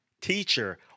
teacher